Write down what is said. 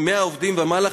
עם 100 עובדים ומעלה,